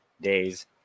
days